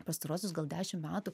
pastaruosius gal dešim metų